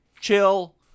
Chill